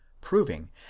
proving